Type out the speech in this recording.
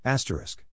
Asterisk